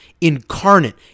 incarnate